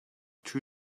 two